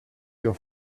your